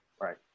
right